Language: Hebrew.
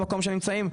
במקום שהם נמצאים.